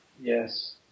Yes